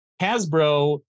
Hasbro